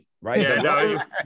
right